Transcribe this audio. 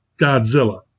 Godzilla